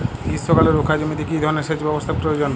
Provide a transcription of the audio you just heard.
গ্রীষ্মকালে রুখা জমিতে কি ধরনের সেচ ব্যবস্থা প্রয়োজন?